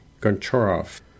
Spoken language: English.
Goncharov